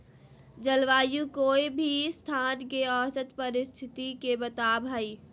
जलवायु कोय भी स्थान के औसत परिस्थिति के बताव हई